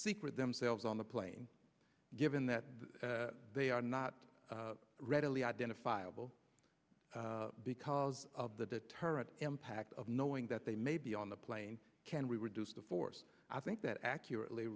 secret themselves on the plane given that they are not readily identifiable because of the deterrent impact of knowing that they may be on the plane can reduce the force i think that accurately